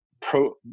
pro